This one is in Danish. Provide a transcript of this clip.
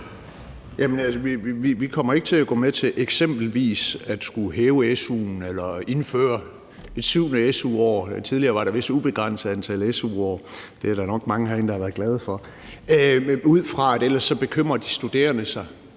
vi kommer ikke til at gå med til eksempelvis at hæve su'en eller indføre det syvende su-år – tidligere var der vist et ubegrænset antal su-år, og det er der nok mange herinde der har været glade for – ud fra et synspunkt om, at ellers bekymrer de studerende sig.